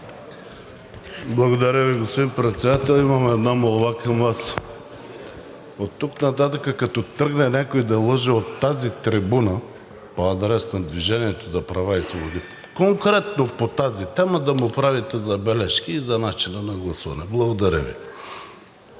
Благодаря Ви, господин Председател. Имам една молба към Вас. Оттук нататък, като тръгне някой да лъже от тази трибуна по адрес на „Движение за права и свободи“, конкретно по тази тема, да му правите забележки за начина на гласуване. Благодаря Ви.